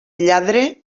lladre